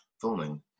filming